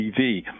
TV